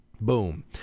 Boom